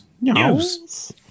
News